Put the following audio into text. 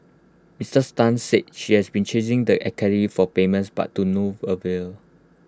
miss Tan said she has been chasing the for payments but to no avail